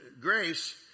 Grace